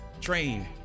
train